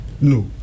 No